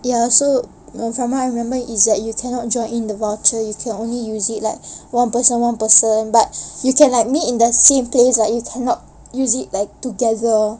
ya so from what I remember is that you cannot join the voucher you can only use it like one person one person but you can meet in the same place you cannot use it together